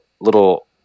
little